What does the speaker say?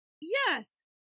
yes